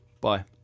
Bye